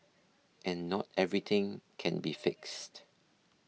and not everything can be fixed